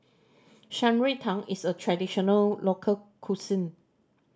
Shan Rui Tang is a traditional local cuisine